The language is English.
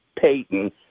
Payton